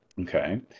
Okay